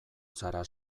zara